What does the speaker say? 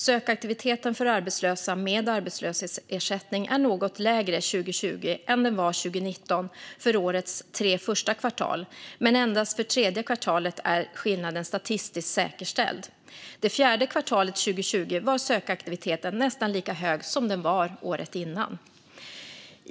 Sökaktiviteten för arbetslösa med arbetslöshetsersättning var något lägre 2020 än den var 2019 för årets tre första kvartal, men endast för tredje kvartalet är skillnaden statistiskt säkerställd. Det fjärde kvartalet 2020 var sökaktiviteten nästan lika hög som den var året innan.